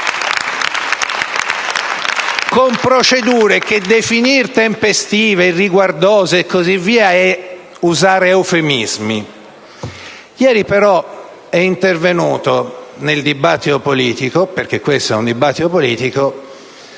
con procedure che definire intempestive e irriguardose è usare eufemismi. Ieri però è intervenuto nel dibattito politico, perché questo è un dibattito politico,